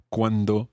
Cuando